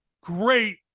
great